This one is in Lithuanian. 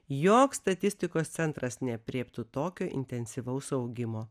joks statistikos centras neaprėptų tokio intensyvaus augimo